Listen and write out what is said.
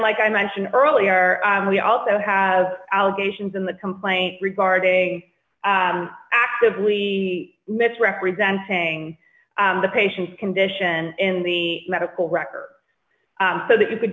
like i mentioned earlier we also have allegations in the complaint regarding a actively misrepresenting the patient's condition in the medical records so that you c